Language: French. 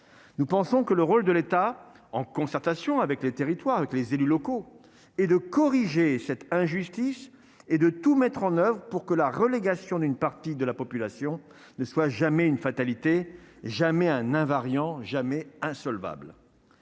nous pensons que le rôle de l'État, en concertation avec les territoires avec les élus locaux et de corriger cette injustice et de tout mettre en oeuvre pour que la relégation d'une partie de la population ne soit jamais une fatalité jamais un invariant jamais insolvables,